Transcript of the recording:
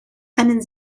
einen